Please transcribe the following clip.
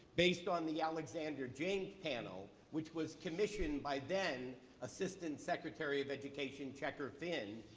based on the alexander james panel, which was commissioned by then assistant secretary of education checker finn,